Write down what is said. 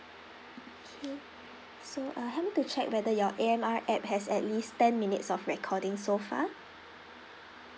okay so uh help me to check whether your A_M_R app has at least ten minutes of recording so far